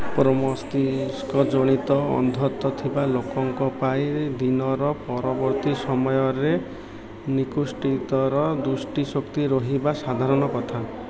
ପ୍ରମସ୍ତିଷ୍କଜନିତ ଅନ୍ଧତ୍ୱ ଥିବା ଲୋକଙ୍କ ପାଇଁ ଦିନର ପରବର୍ତ୍ତୀ ସମୟରେ ନିକୃଷ୍ଟତର ଦୃଷ୍ଟିଶକ୍ତି ରହିବା ସାଧାରଣ କଥା